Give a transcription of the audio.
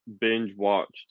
binge-watched